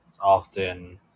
often